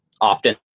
Often